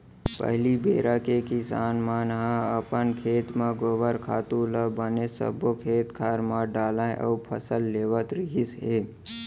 पहिली बेरा के किसान मन ह अपन खेत म गोबर खातू ल बने सब्बो खेत खार म डालय अउ फसल लेवत रिहिस हे